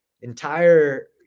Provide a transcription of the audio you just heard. Entire